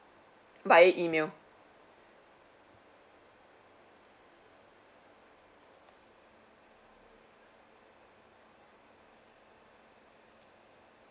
via email